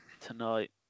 Tonight